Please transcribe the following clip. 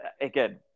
again